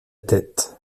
tête